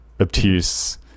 obtuse